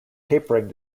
tapering